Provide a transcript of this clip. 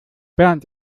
bernd